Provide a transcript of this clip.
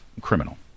criminal